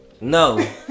No